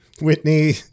Whitney